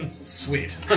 Sweet